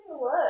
Look